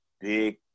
big